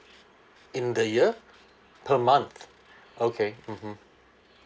in the year per month okay mmhmm